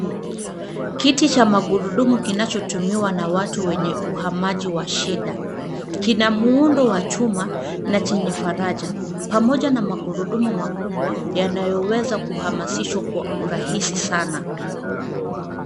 Kiti cha magurudumu kinachotumiwa na watu wenye uhamaji wa shida. Kina muundo wa chuma na chenye faraja, pamoja na magurudumu makubwa yanayoweza kuhamasishwa kwa urahisi sana.